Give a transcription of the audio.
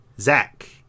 Zach